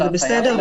וזה בסדר.